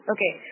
Okay